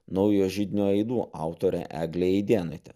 naujojo židinio aidų autorė eglė eidėnaitė